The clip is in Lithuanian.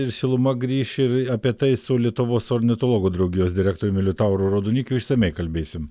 ir šiluma grįš ir apie tai su lietuvos ornitologų draugijos direktoriumi liutauru raudonikiu išsamiai kalbėsim